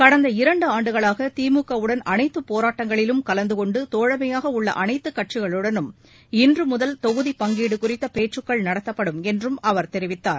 கடந்த இரண்டு ஆண்டுகளாக திமுக உடன் அனைத்து போராட்டங்களிலும் கலந்தகொண்டு தோழமையாக உள்ள அனைத்து கட்சிகளுடனும் இன்றுமுதல் தொகுதி பங்கீடு குறித்த பேச்சுக்கள் நடத்தப்படும் என்றும் அவர் தெரிவித்தார்